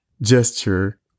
gesture